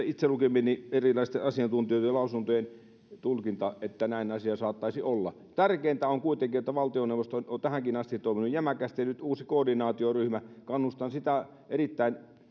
itse lukemieni erilaisten asiantuntijoitten lausuntojen tulkinta että näin asia saattaisi olla tärkeintä on kuitenkin että valtioneuvosto on tähänkin asti toiminut jämäkästi ja nyt tulee uusi koordinaatioryhmä kannustan sitä erittäin